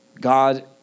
God